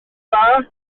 dda